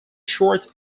short